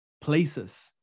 places